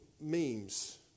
memes